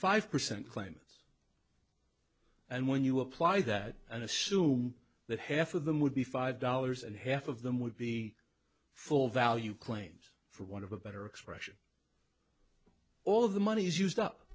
five percent claimants and when you apply that and assume that half of them would be five dollars and half of them would be full value claims for want of a better expression all of the money is used up